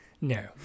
No